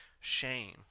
shame